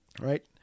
right